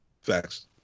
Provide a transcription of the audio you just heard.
Facts